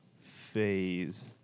Phase